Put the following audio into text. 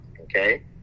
okay